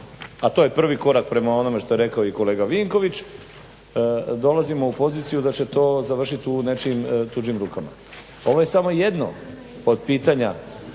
a to je prvi korak prema onome što je rekao kolega Vinković. Dolazimo u poziciju da će to završit u nečijim tuđim rukama. Ovo je samo jedno od pitanja